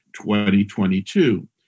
2022